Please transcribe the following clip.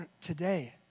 today